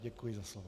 Děkuji za slovo.